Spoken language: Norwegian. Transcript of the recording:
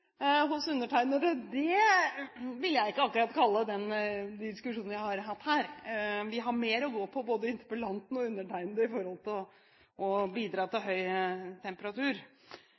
hos undertegnede vil jeg ikke akkurat kalle det i den diskusjonen vi har hatt her! Vi har mer å gå på både interpellanten og undertegnede når det gjelder å bidra til høy temperatur.